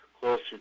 closer